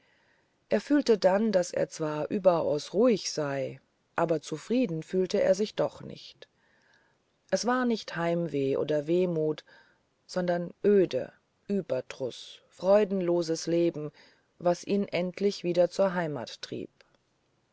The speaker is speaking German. er fühlte dann daß er zwar überaus ruhig sei aber zufrieden fühlte er sich doch nicht es war nicht heimweh oder wehmut sondern öde überdruß freudenloses leben was ihn endlich wieder zur heimat trieb